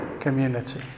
Community